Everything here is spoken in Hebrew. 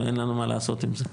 ואין לנו מה לעשות עם זה.